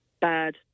bad